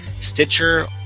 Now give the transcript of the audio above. Stitcher